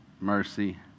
mercy